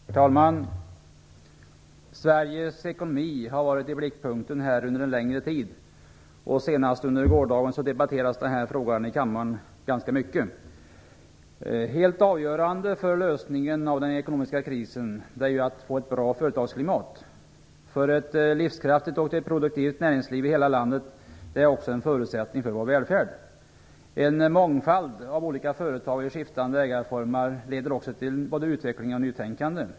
Herr talman! Sveriges ekonomi har varit i blickpunkten under en längre tid. Senast under gårdagen debatterades den frågan ganska mycket här i kammaren. Helt avgörande för lösningen av den ekonomiska krisen är att vi får ett bra företagsklimat. Ett livskraftigt och produktivt näringsliv i hela landet är också en förutsättning för vår välfärd. En mångfald av olika företag i skiftande ägandeformer leder också till både utveckling och nytänkande.